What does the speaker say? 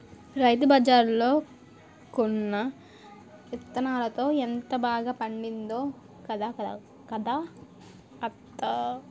రైతుబజార్లో కొన్న యిత్తనాలతో ఎంత బాగా పండిందో కదా అత్తా?